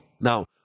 Now